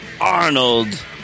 Arnold